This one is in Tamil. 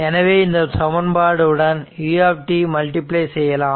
எனவே இந்த சமன்பாடு உடன் u ஐ மல்டிபிளை செய்யலாம்